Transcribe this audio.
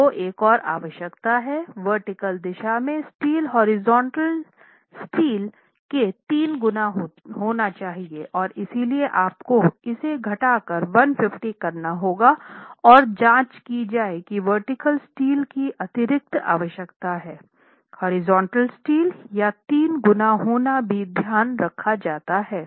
आपको एक और आवश्यकता है वर्टीकल दिशा में स्टील हॉरिजॉन्टल स्टील के 3 गुना होनी चाहिए और इसलिए आपको इसे घटाकर 150 करना होगा और जाँच की जाए कि वर्टीकल स्टील की अतिरिक्त आवश्यकता है हॉरिजॉन्टल स्टील का 3 गुना होना भी ध्यान रखा जाता है